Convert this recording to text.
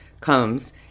comes